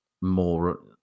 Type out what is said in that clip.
more